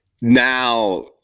now